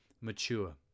mature